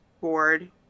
board